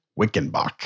Wickenbach